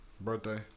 birthday